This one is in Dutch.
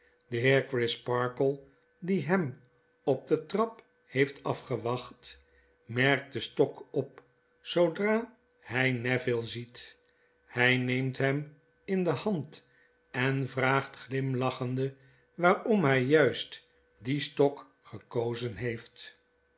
crisparkle die hem op de trap heeft afgewacht merkt den stok op zoodra hij neville ziet hij neemt hem in de hand en vraagt glimlachende waarom hij juist dien stok gekozen heeft